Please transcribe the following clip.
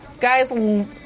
Guys